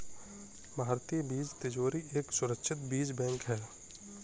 भारतीय बीज तिजोरी एक सुरक्षित बीज बैंक है